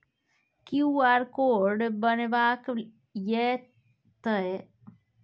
QR code बनेबाक यै तए बिदेसरासँ संपर्क करू हुनके लग यू.पी.आई के सेवा छै